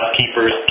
keepers